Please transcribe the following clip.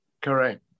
Correct